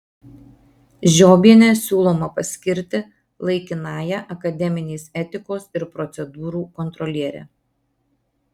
žiobienę siūloma paskirti laikinąja akademinės etikos ir procedūrų kontroliere